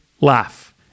laugh